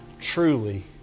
truly